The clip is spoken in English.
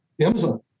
Amazon